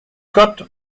gott